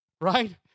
right